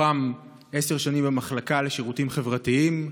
מהן עשר שנים במחלקה לשירותים חברתיים.